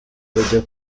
bajya